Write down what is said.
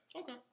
Okay